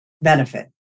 benefit